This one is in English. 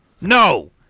No